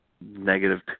negative